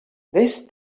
this